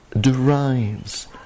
derives